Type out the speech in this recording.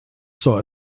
saw